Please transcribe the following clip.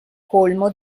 colmo